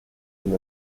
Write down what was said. sin